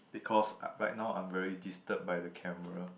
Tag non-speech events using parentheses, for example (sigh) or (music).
because (noise) right now I'm very disturbed by the camera